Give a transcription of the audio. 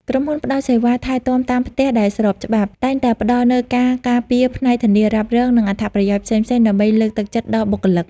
ក្រុមហ៊ុនផ្ដល់សេវាថែទាំតាមផ្ទះដែលស្របច្បាប់ តែងតែផ្តល់នូវការការពារផ្នែកធានារ៉ាប់រង និងអត្ថប្រយោជន៍ផ្សេងៗដើម្បីលើកទឹកចិត្តដល់បុគ្គលិក។